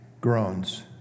groans